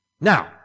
Now